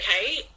okay